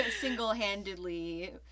single-handedly